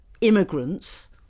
immigrants